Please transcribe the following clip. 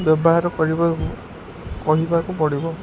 ବ୍ୟବହାର କରିବାକୁ କହିବାକୁ ପଡ଼ିବ